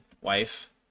wife